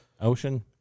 ocean